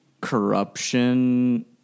Corruption